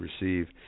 receive